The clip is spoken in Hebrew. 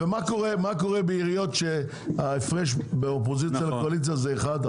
ומה קורה בעיריות שההפרש באופוזיציה לקואליציה זה אחד,